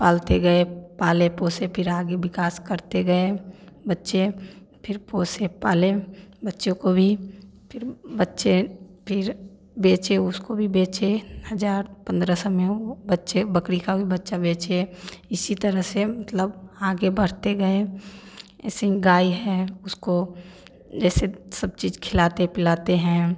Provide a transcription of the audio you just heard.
पालते गए पाले पोसे फिर आगे विकास करते गए बच्चे फिर पोसे पाले बच्चों को भी फिर बच्चे फिर बेचे उसको भी बेचे हज़ार पंद्रह सौ में वो बच्चे बकरी का बच्चा बेचे इसी तरह से मतलब आगे बढ़ते गए ऐसे गाय हैं उसको जैसे सब चीज खिलाते पिलाते हैं हम